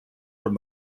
from